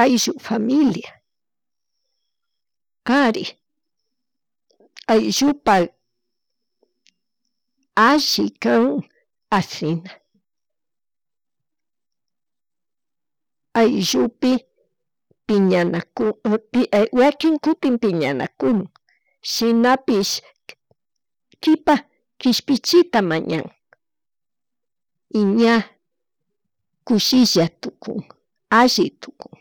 ayllu, familka, kari, ayllupak alli kan ashina, allupi piñana wakin kutin piñanakumun shinapish kipa kishpichita mañan y ña kushilla tukuk alli tukun